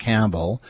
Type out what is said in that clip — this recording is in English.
Campbell